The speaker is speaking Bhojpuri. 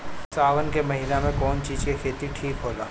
सावन के महिना मे कौन चिज के खेती ठिक होला?